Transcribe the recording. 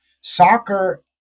soccer